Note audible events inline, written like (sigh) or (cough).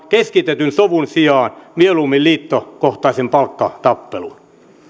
(unintelligible) keskitetyn sovun sijaan mieluummin liittokohtaisen palkkatappelun